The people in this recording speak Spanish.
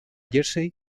jersey